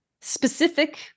specific